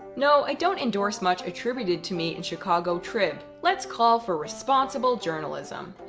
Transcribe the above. no, i don't endorse much attributed to me in chicago trib. let's call for responsible journalism.